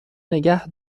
نگه